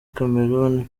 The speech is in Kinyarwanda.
cameroon